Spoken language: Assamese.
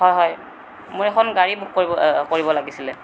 হয় হয় মই এখন গাড়ী বুক কৰিব লাগিছিলে